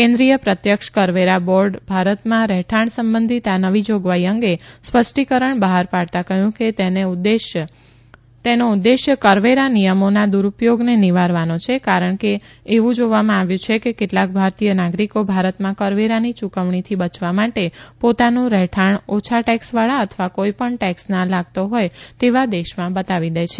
કેન્દ્રીય પ્રત્યક્ષ કરવેરા બોર્ડ ભારતમાં રહેઠાણ સંબધિત આ નવી જોગવાઇ અંગે સા ષ્ટીકરણ બહાર ાડતા કહ્યું કે તેને ઉદ્દેશ્ય કરવેરા નિયમોના દુરૂ થોગને નિવારવાનો છે કારણ કે એવું જોવામાં આવ્યુ છે કે કેટલાક ભારતીય નાગરિકો ભારતમાં કરવેરાની યૂકવણીથી બયવા માટે સોતાનું રહેઠાણ ઓછા ટેક્સવાળા અથવા કોઇ ણ ટેક્સ ના લાગતો હોય તેવા દેશમાં બતાવી દે છે